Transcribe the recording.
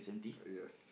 yes